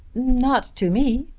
not to me.